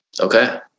Okay